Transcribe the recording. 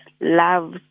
love